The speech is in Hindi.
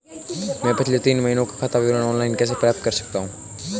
मैं पिछले तीन महीनों का खाता विवरण ऑनलाइन कैसे प्राप्त कर सकता हूं?